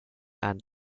and